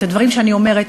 את הדברים שאני אומרת,